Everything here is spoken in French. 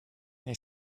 est